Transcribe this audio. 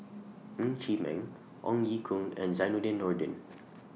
Ng Chee Meng Ong Ye Kung and Zainudin Nordin